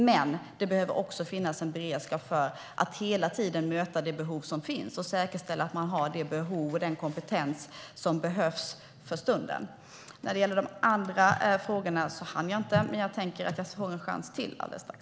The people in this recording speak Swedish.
Men det behöver också finnas en beredskap för att hela tiden möta det behov som finns och säkerställa att man har den kompetens som behövs för stunden. De andra frågorna hann jag inte svara på, men jag får en chans till alldeles strax.